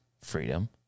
freedom